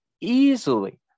easily